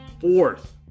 fourth